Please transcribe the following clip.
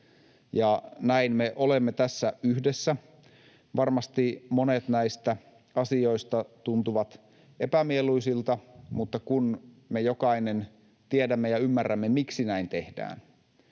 näin me olemme tässä yhdessä. Varmasti monet näistä asioista tuntuvat epämieluisilta, mutta kun me jokainen tiedämme ja ymmärrämme, miksi näin tehdään